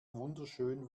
wunderschön